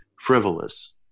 frivolous